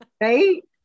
right